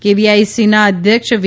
કેવીઆઇસીના અધ્યક્ષ વી